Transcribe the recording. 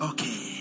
Okay